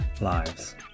lives